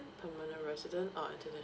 permanent resident or